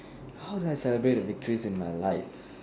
how do I celebrate the victory in my life